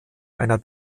einer